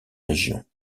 régions